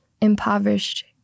impoverished